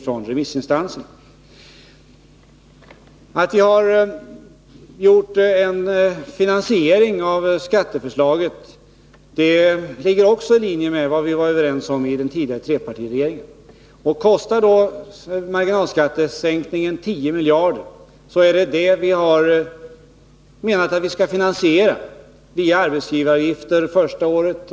Även det faktum att vi har gjort en finansiering av skatteförslaget ligger i linje med vad vi var överens om i den tidigare trepartiregeringen. Kostar marginalskattesänkningen 10 miljarder kronor, är det detta som vi har menat att vi skall finansiera via arbetsgivaravgifter första året.